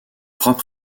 propre